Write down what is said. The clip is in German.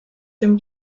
dem